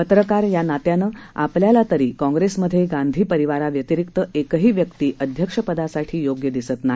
पत्रकार या नात्यानं आपल्याला तरी काँग्रेसमध्ये गांधी परिवारा व्यतिरिक्त एकही व्यक्ती अध्यक्षपदासाठी योग्य दिसत नाही